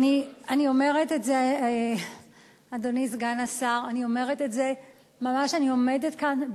אדוני היושב-ראש, תעיר לו.